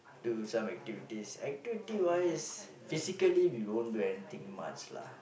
do some activities activity wise physically we won't do anything much lah